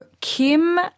Kim